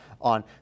on